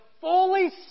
fully